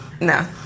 No